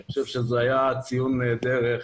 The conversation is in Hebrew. אני חושב שזה היה ציון דרך